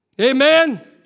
Amen